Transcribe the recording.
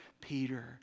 Peter